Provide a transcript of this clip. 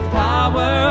power